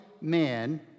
man